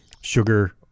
sugar